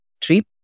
trip